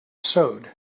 sewed